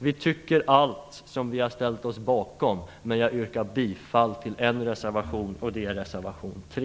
Vi ställer oss bakom alla, men jag yrkar endast bifall till reservation 3.